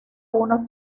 unos